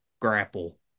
grapple